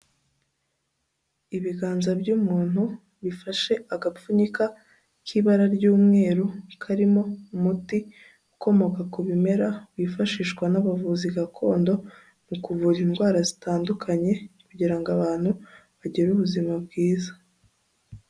Ibiganza by'umuntu bifashe agapfunyika k'ibara ry'umweru karimo umuti ukomoka ku bimera wifashishwa n'abavuzi gakondo mu kuvura indwara zitandukanye kugira ngo abantu bagire ubuzima bwiza.